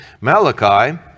Malachi